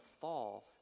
fall